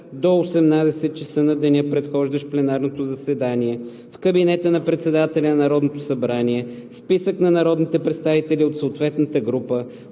до 18.00 ч. на деня, предхождащ пленарното заседание, в кабинета на председателя на Народното събрание списък на народните представители от съответната група,